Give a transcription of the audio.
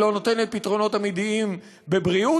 היא לא נותנת פתרונות אמיתיים בבריאות,